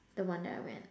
the one that I went